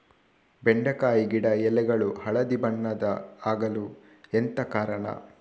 ಬೆಂಡೆಕಾಯಿ ಗಿಡ ಎಲೆಗಳು ಹಳದಿ ಬಣ್ಣದ ಆಗಲು ಎಂತ ಕಾರಣ?